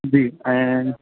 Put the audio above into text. जी ऐं